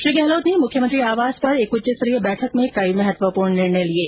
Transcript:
श्री गहलोत ने मुख्यमंत्री आवास पर एक उच्चस्तरीय बैठक में कई महत्वपूर्ण निर्णय लिये